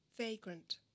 vagrant